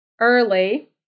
early